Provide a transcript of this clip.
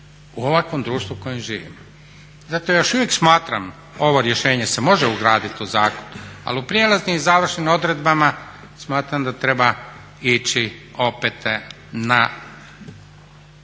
u ovakvom društvu u kojem živimo? Zato još uvijek smatram ovo rješenje se može ugraditi u zakon ali u prijelaznim i završnim odredbama smatram da treba ići opet na